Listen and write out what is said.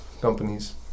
companies